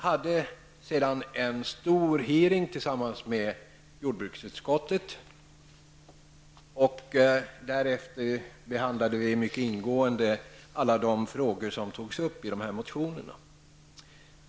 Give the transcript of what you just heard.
Lagutskottet anordnade tillsammans med jordbruksutskottet en stor utfrågning. Därefter behandlade vi mycket ingående alla de frågor som togs upp i dessa motioner.